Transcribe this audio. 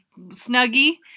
snuggie